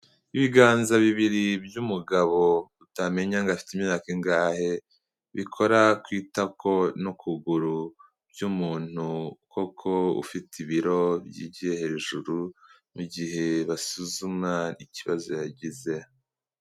Ibiganza bibiri by'umugabo utamenya ngo afite imyaka ingahe bikora ku itako n'ukuguru by'umuntu koko ufite ibiro byigiye hejuru, mu gihe basuzuma ikibazo yagize.